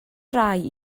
rai